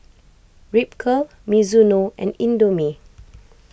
Ripcurl Mizuno and Indomie